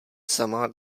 samá